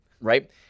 right